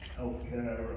healthcare